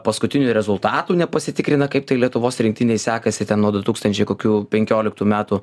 paskutinių rezultatų nepasitikrina kaip tai lietuvos rinktinei sekasi ten nuo du tūkstančiai kokių penkioliktų metų